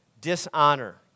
dishonor